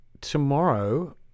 tomorrow